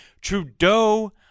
Trudeau